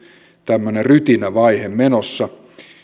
tämmöinen rytinävaihe menossa